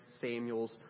Samuel's